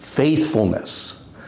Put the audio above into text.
faithfulness